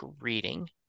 reading